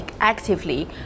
actively